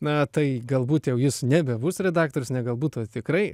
na tai galbūt jau jis nebebus redaktorius ne galbūt o tikrai